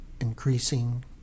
increasing